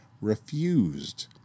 refused